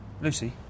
Lucy